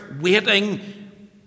waiting